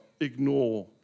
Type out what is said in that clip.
ignore